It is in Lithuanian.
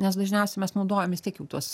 nes dažniausiai mes naudojam vis tiek jau tuos